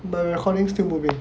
my recording still moving